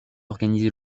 organisée